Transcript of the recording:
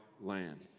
land